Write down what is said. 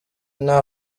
nta